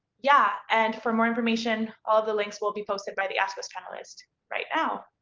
yeah and for more information, all of the links will be posted by the ask us panelist right now.